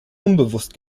unbewusst